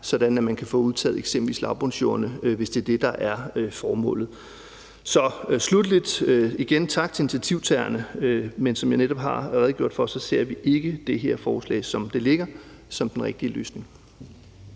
at man kan få udtaget eksempelvis lavbundsjordene, hvis det er det, der er formålet. Så sluttelig igen vil jeg sige tak til initiativtagerne, men som jeg netop har redegjort for, ser vi ikke det her forslag, som det ligger, som den rigtige løsning.